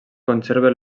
conserva